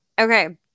okay